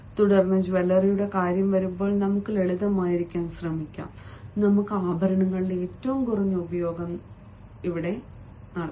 തുടർന്ന് ജ്വല്ലറിയുടെ കാര്യം വരുമ്പോൾ നമുക്ക് ലളിതമായിരിക്കാൻ ശ്രമിക്കാം നമുക്ക് ആഭരണങ്ങളുടെ ഏറ്റവും കുറഞ്ഞ ഉപയോഗം നടത്താം